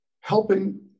helping